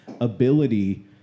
ability